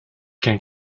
can